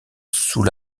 sous